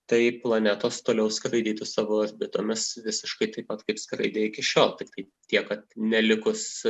tai planetos toliau skraidytų savo orbitomis visiškai taip pat kaip skraidė iki šiol tiktai tiek kad nelikus